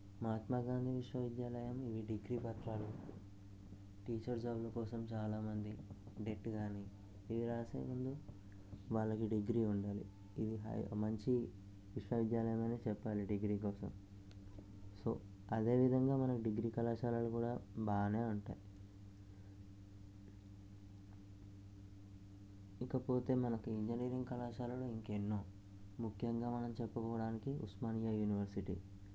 మహాత్మా గాంధీ విశ్వవిద్యాలయాన్ని ఈ డిగ్రీ పత్రాలు టీచర్ చదువు కోసం చాలామంది టెట్ కానీ ఇవి రాసే ముందు వాళ్ళకి డిగ్రీ ఉండాలి ఇది మంచి విశ్వవిద్యాలయం అని చెప్పాలి డిగ్రీ కోసం సో అదే విధంగా మన డిగ్రీ కళాశాలలు కూడా బాగానే ఉంటాయి ఇకపోతే మనకు ఇంజనీరింగ్ కళాశాలలో ఇంకా ఎన్నో ముఖ్యంగా మనం చెప్పుకోవడానికి ఉస్మానియా యూనివర్సిటీ